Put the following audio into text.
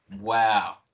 wow